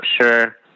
sure